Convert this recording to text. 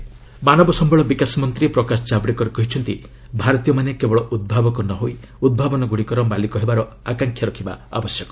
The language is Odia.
ଜାବ୍ଡେକର ସାଇନ୍ସ ମାନବ ସମ୍ଭଳ ବିକାଶ ମନ୍ତ୍ରୀ ପ୍ରକାଶ ଜାବ୍ଡେକର କହିଛନ୍ତି ଭାରତୀୟମାନେ କେବଳ ଉଦ୍ଭାବକ ନ ହୋଇ ଉଦ୍ଭାବନଗୁଡ଼ିକର ମାଲିକ ହେବାର ଆକାଂକ୍ଷା ରଖିବା ଆବଶ୍ୟକ